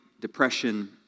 depression